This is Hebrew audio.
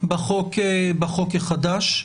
בחוק החדש.